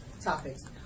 topics